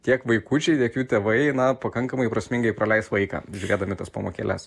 tiek vaikučiai tiek jų tėvai na pakankamai prasmingai praleis laiką žiūrėdami tas pamokėles